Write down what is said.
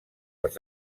les